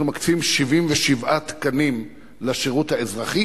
אנחנו מקצים 77 תקנים לשירות האזרחי